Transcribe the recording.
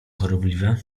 chorobliwe